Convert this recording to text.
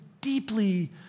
deeply